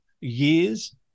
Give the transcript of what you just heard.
years